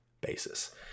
basis